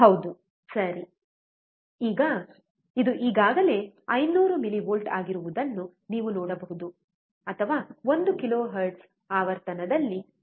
ಹೌದು ಸರಿ ಈಗ ಇದು ಈಗಾಗಲೇ 500 ಮಿಲಿವೋಲ್ಟ್ ಆಗಿರುವುದನ್ನು ನೀವು ನೋಡಬಹುದು ಅಥವಾ 1 ಕಿಲೋ ಹರ್ಟ್ಜ್ ಆವರ್ತನದಲ್ಲಿ 0